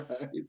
right